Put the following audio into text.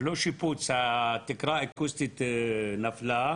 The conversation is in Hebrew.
לא שיפוץ, התקרה האקוסטית נפלה,